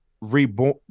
reborn